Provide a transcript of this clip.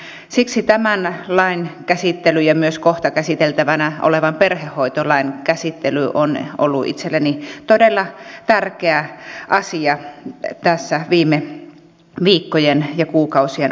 ja siksi tämän lain käsittely ja myös kohta käsiteltävänä olevan perhehoitolain käsittely on ollut itselleni todella tärkeä asia tässä viime viikkojen ja kuukausien aikana